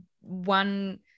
one